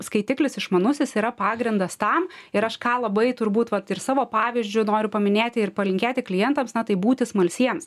skaitiklis išmanusis yra pagrindas tam ir aš ką labai turbūt vat ir savo pavyzdžiu noriu paminėti ir palinkėti klientams na tai būti smalsiems